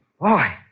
Boy